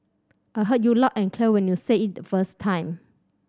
I heard you loud and clear when you said it the first time